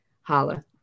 Holla